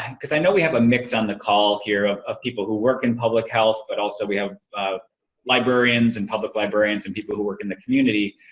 and cause i know we have a mix on the call here of of people who work in public health but also we have librarians and public librarians and people who work in the community.